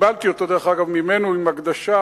קיבלתי אותו ממנו עם הקדשה,